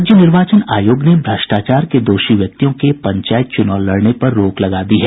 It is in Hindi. राज्य निर्वाचन आयोग ने भ्रष्टाचार के दोषी व्यक्तियों के पंचायत चुनाव लड़ने पर रोक लगा दी है